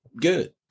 good